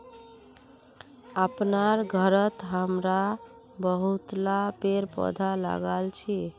अपनार घरत हमरा बहुतला पेड़ पौधा लगाल छि